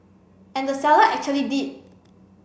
and the seller actually did